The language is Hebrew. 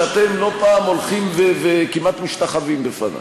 שאתם לא פעם הולכים וכמעט משתחווים בפניו,